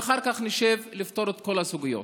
ואחר כך נשב לפתור את כל הסוגיות.